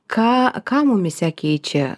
ką ką mumyse keičia